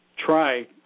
Try